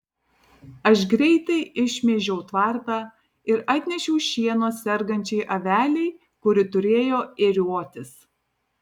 aš greitai išmėžiau tvartą ir atnešiau šieno sergančiai avelei kuri turėjo ėriuotis